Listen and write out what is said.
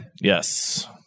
Yes